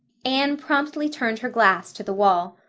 anne promptly turned her glass to the wall.